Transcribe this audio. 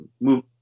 move